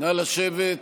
נא לשבת.